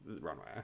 runway